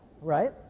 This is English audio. right